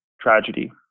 tragedy